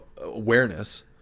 awareness